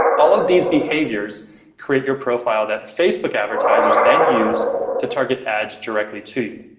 all of these behaviors create your profile that facebook advertisers then use to target ads directly to you.